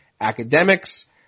academics